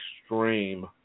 extreme